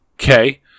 Okay